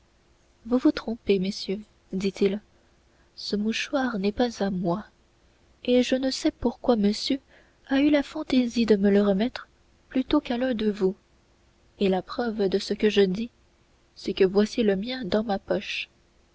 vous vous trompez messieurs dit-il ce mouchoir n'est pas à moi et je ne sais pourquoi monsieur a eu la fantaisie de me le remettre plutôt qu'à l'un de vous et la preuve de ce que je dis c'est que voici le mien dans ma poche